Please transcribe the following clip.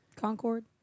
Concord